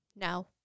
No